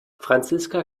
franziska